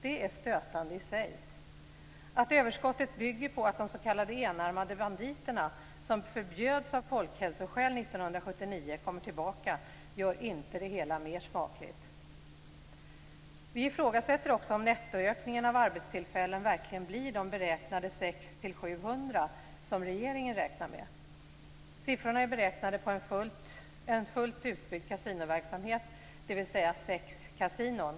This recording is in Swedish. Det är stötande i sig. Att överskottet bygger på att de s.k. enarmade banditerna, som förbjöds av folkhälsoskäl 1979, kommer tillbaka gör inte det hela mer smakligt. Vi ifrågasätter också om nettoökningen av arbetstillfällen verkligen blir de 600-700 som regeringen räknar med. Siffrorna är beräknade på en fullt utbyggd kasinoverksamhet, dvs. sex kasinon.